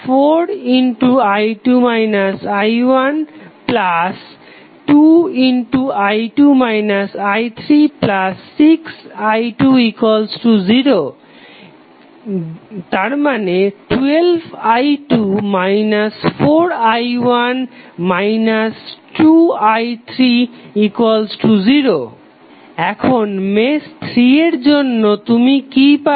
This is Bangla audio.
4i2 i12i2 i36i20⇒12i2 4i1 2i30 এখন মেশ 3 এর জন্য তুমি কি পাবে